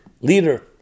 leader